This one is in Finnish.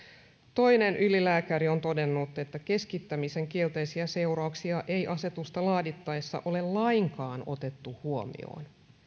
toinen ylilääkäri on todennut että keskittämisen kielteisiä seurauksia ei asetusta laadittaessa ole lainkaan otettu huomioon